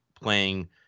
playing